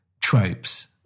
tropes